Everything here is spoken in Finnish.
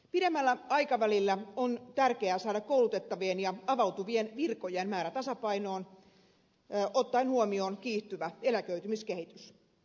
pidemmällä aikavälillä on tärkeää saada koulutettavien ja avautuvien virkojen määrä tasapainoon ottaen huomioon kiihtyvä eläköitymiskehitys